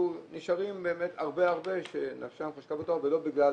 נשארו הרבה הרבה שנפשם חשקה בתואר ולא בגלל